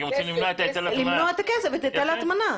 כי הם רוצים למנוע את היטל ההטמנה.